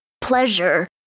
pleasure